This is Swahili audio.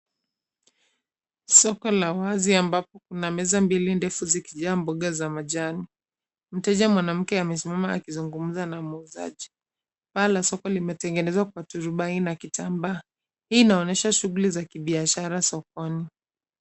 Soko la wazi ambapo kuna meza mbili ndefu zikijaa mboga za majani. Mteja mwanamke amesimama akizungumza na muuzaji. Paa la soko limetengenezwa kwa turubai na kitambaa. Hii inaonyesha shuguli za kibishara sokoni.